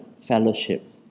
fellowship